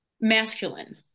masculine